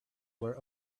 were